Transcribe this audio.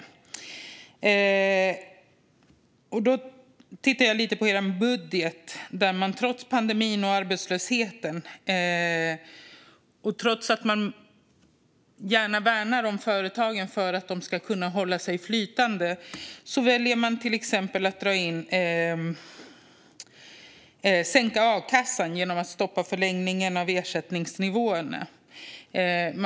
Jag har tittat lite på er budget, där ni trots pandemin och arbetslösheten och trots att ni gärna värnar företagen för att de ska kunna hålla sig flytande väljer att till exempel sänka a-kassan genom att stoppa förlängningen av ersättningsnivåerna.